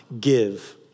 give